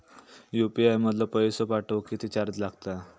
UPI मधलो पैसो पाठवुक किती चार्ज लागात?